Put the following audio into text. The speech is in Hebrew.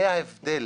זה ההבדל